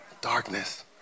darkness